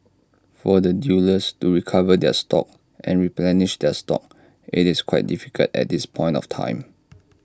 for the dealers to recover their stocks and replenish their stocks IT is quite difficult at this point of time